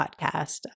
podcast